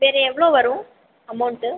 வேறு எவ்வளோ வரும் அமௌண்ட்டு